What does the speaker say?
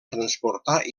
transportar